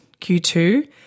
Q2